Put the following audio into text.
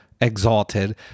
exalted